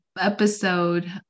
episode